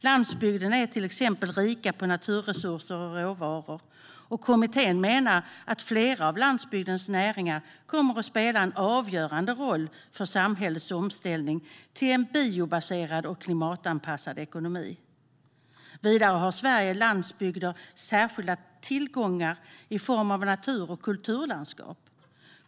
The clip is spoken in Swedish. Landsbygderna är till exempel rika på naturresurser och råvaror, och kommittén menar att flera av landsbygdens näringar kommer att spela en avgörande roll för samhällets omställning till en biobaserad och klimatanpassad ekonomi. Vidare har Sveriges landsbygder särskilda tillgångar i form av natur och kulturlandskap.